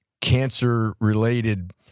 cancer-related